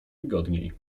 wygodniej